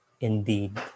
indeed